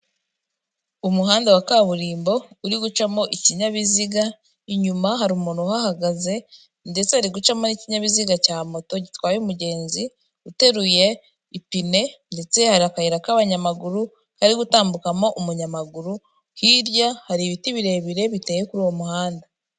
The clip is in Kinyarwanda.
Umuhanda wa kaburimbo uri gucamo ikinyabiziga, inyuma hari umuntu uhahagaze ndetse hari gucamo ikinyabiziga cya moto gitwaye umugenzi uteruye ipine ndetse hari akayira k'abanyamaguru kari gutambukamo umunyamaguru, hirya hari ibiti birebire biteye kuri uwo muhanda.